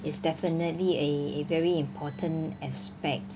is definitely a very important aspect